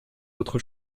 autre